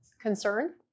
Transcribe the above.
concern